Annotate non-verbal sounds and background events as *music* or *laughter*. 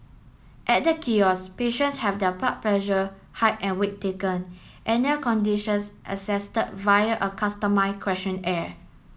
at the kiosk patients have their blood pressure height and weight taken and their conditions assess *unintelligible* via a customise questionnaire